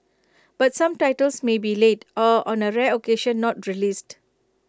but some titles may be late or on A rare occasion not released